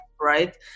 right